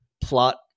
plot